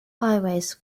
highways